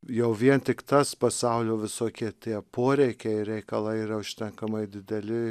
jau vien tik tas pasaulio visokie tie poreikiai ir reikalai yra užtenkamai dideli